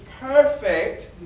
perfect